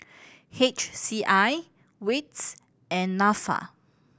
H C I wits and Nafa